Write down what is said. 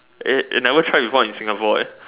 is it you never try before in Singapore